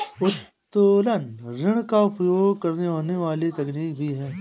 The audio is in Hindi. उत्तोलन ऋण का उपयोग करने वाली कोई भी तकनीक है